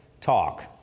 talk